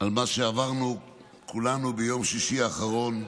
מה שעברנו כולנו ביום שישי האחרון,